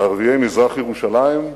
בערביי מזרח-ירושלים,